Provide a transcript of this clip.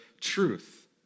truth